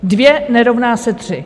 Dvě nerovná se tři.